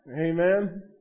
Amen